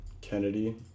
kennedy